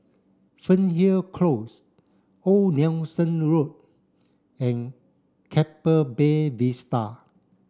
Fernhill Close Old Nelson Road and Keppel Bay Vista